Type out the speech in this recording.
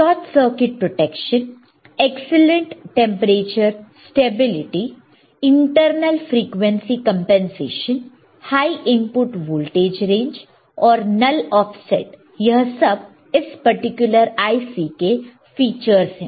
short circuit protection excellent temperature stability internal frequency compensation high input voltage range और null offset यह सब इस particular IC के features है